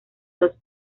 los